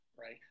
right